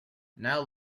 now